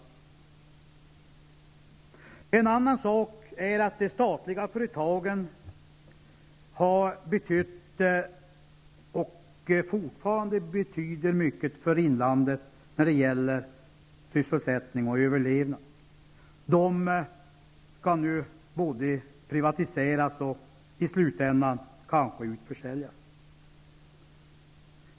De statliga företagen, som för norra inlandet har betytt och fortfarande betyder mycket för sysselsättning och överlevnad, skall nu säljas ut och privatiseras.